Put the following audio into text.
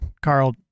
carl